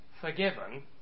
forgiven